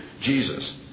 Jesus